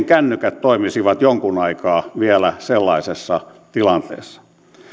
kännykät toimisivat jonkun aikaa vielä sellaisessa tilanteessa